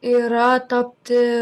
yra tapti